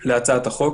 להצעת החוק,